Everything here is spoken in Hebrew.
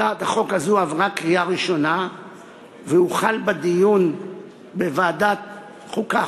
הצעת החוק הזאת עברה בקריאה ראשונה והוחל הדיון בה בוועדת החוקה,